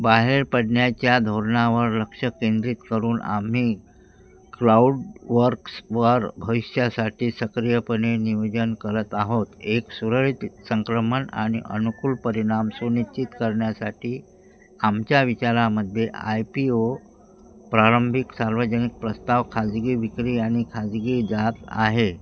बाहेर पडण्याच्या धोरणावर लक्ष केंद्रित करून आम्ही क्लाउडवर्क्स वर भविष्यासाठी सक्रियपणे नियोजन करत आहोत एक सुरळीत संक्रमण आणि अनुकूल परिणाम सुनिश्चित करण्यासाठी आमच्या विचारांमध्ये आय पी ओ प्रारंभिक सार्वजनिक प्रस्ताव खाजगी विक्री आणि खाजगी जात आहे